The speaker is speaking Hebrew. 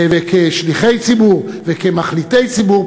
כשליחי ציבור וכמחליטי ציבור,